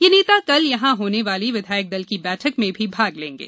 ये नेता कल यहां होने वाली विधायक दल की बैठक में भी भाग लेंगे